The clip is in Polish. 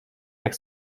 jak